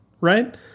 Right